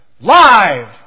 Live